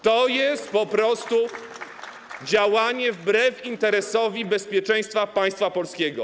To jest po prostu działanie wbrew interesowi bezpieczeństwa państwa polskiego.